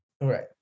Right